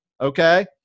okay